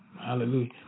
Hallelujah